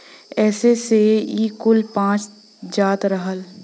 एही से ई कुल पच जात रहल